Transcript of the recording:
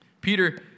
Peter